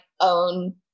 own